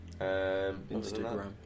Instagram